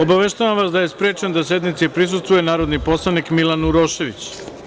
Obaveštavam vas da je sprečen da sednici prisustvuje narodni poslanik Milan Urošević.